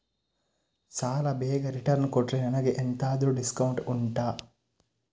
ಸಾಲ ಬೇಗ ರಿಟರ್ನ್ ಕೊಟ್ರೆ ನನಗೆ ಎಂತಾದ್ರೂ ಡಿಸ್ಕೌಂಟ್ ಉಂಟಾ